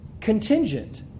contingent